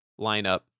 lineup